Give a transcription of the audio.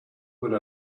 would